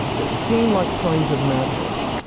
that seem like signs of madness,